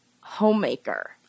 homemaker